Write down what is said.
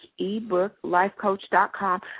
ebooklifecoach.com